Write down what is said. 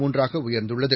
முன்றாக உயர்ந்துள்ளது